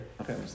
Okay